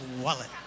wallet